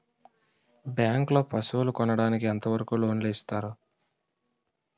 Bank లో పశువుల కొనడానికి ఎంత వరకు లోన్ లు ఇస్తారు?